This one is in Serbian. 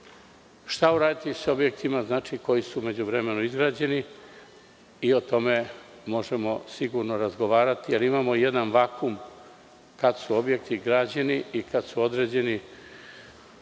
Šta uraditi sa objektima koji su u međuvremenu izgrađeni? O tome možemo sigurno razgovarati, jer imamo jedan vakum kada su objekti građeni i kada su određeni građani,